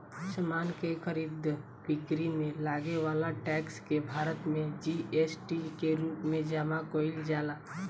समान के खरीद बिक्री में लागे वाला टैक्स के भारत में जी.एस.टी के रूप में जमा कईल जाला